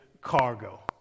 Cargo